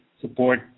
support